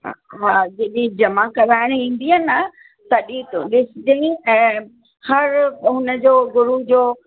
हा हा जॾहिं जमा कराइणु ईंदीअं न तॾहिं तूं ॾिसिजांई ऐं हर हुन जो गुरू जो